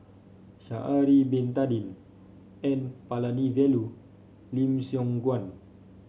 Sha'ari Bin Tadin N Palanivelu Lim Siong Guan